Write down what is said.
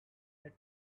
that